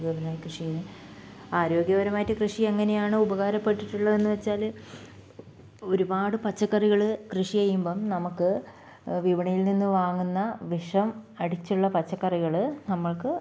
കൃഷി ആരോഗ്യപരമായിട്ട് കൃഷി എങ്ങനെയാണ് ഉപകാരപ്പെട്ടിട്ടുള്ളതെന്ന് വെച്ചാൽ ഒരുപാട് പച്ചക്കറികൾ കൃഷി ചെയ്യുമ്പം നമുക്ക് വിപണിയിൽ നിന്ന് വാങ്ങുന്ന വിഷം അടിച്ചുള്ള പച്ചക്കറികൾ നമ്മൾക്ക്